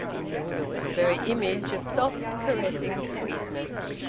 hilda was the very image of soft caressing sweetness.